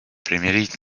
примирить